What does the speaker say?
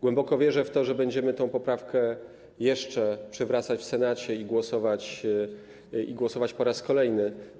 Głęboko wierzę w to, że będziemy tę poprawkę jeszcze przywracać w Senacie i głosować nad nią po raz kolejny.